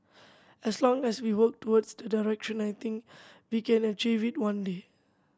as long as we work towards that direction I think we can achieve it one day